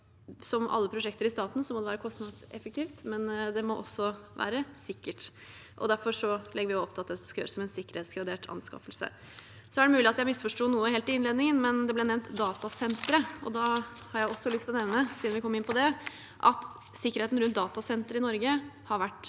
Som alle prosjekter i staten må det være kostnadseffektivt, men det må også være sikkert. Derfor legger vi opp til at dette skal gjøres som en sikkerhetsgradert anskaffelse. Det er mulig at jeg misforsto noe helt i innledningen, men det ble nevnt datasentre, og da har jeg også lyst til å nevne, siden vi kom inn på det, at jeg mener sikkerheten rundt datasentre i Norge har vært for